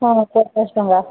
ହଁ ପଚାଶ ଟଙ୍କା